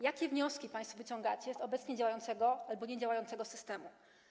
Jakie wnioski państwo wyciągacie z obecnie działającego albo niedziałającego systemu?